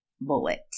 bullet